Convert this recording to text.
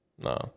No